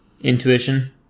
Intuition